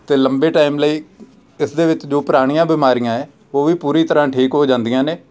ਅਤੇ ਲੰਬੇ ਟਾਈਮ ਲਈ ਇਸ ਦੇ ਵਿੱਚ ਜੋ ਪੁਰਾਣੀਆਂ ਬਿਮਾਰੀਆਂ ਹੈ ਉਹ ਵੀ ਪੂਰੀ ਤਰ੍ਹਾਂ ਠੀਕ ਹੋ ਜਾਂਦੀਆਂ ਨੇ